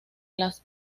las